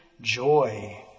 joy